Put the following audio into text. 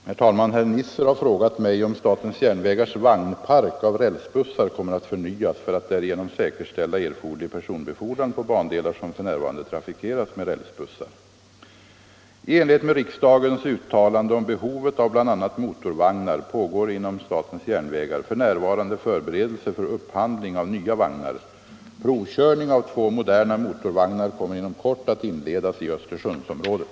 Herr talman! Herr Nisser har frågat mig om SJ:s vagnpark av rälsbussar kommer att förnyas för att därigenom säkerställa erforderlig personbefordran på bandelar som f.n. trafikeras med rälsbussar. I enlighet med riksdagens uttalande om behovet av bl.a. motorvagnar pågår inom SJ f. n. förberedelser för upphandling av nya vagnar. Provkörning av två moderna motorvagnar kommer inom kort att inledas i Östersundsområdet.